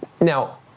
Now